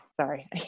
Sorry